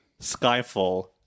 Skyfall